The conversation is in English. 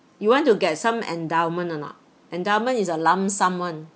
you want to get some endowment or not endowment is a lump sum [one]